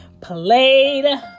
played